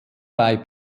bei